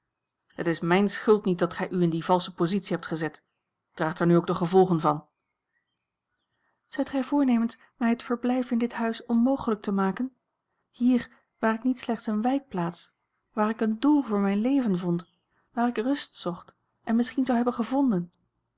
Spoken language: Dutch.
het is mijne schuld niet dat gij u in die valsche positie hebt gezet draagt er nu ook de gevolgen van zijt gij voornemens mij het verblijf in dit huis onmogelijk te maken hier waar ik niet slechts eene wijkplaats waar ik een doel voor mijn leven vond waar ik rust zocht en misschien zou hebben gevonden